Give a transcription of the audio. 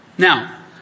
Now